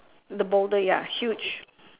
the boulder ya huge